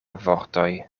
vortoj